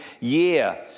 year